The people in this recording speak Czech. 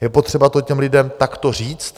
Je potřeba to těm lidem takto říct.